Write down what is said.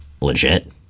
Legit